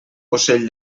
ocell